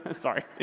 Sorry